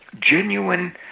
genuine